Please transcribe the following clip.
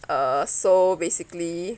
uh so basically